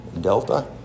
Delta